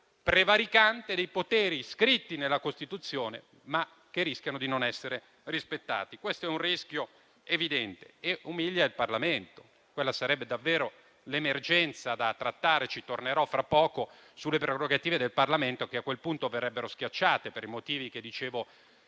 prevaricante dei poteri scritti nella Costituzione, che rischiano di non essere rispettati. Questo è un rischio evidente e umilia il Parlamento. Quella sarebbe davvero l'emergenza da trattare. Tornerò fra poco sulle prerogative del Parlamento, che a quel punto verrebbero schiacciate per i motivi che dicevo